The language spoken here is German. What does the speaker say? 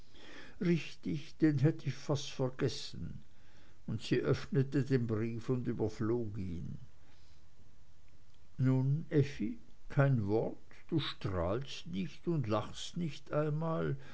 richtig den hätt ich fast vergessen und sie öffnete den brief und überflog ihn nun effi kein wort du strahlst nicht und lachst nicht einmal